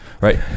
right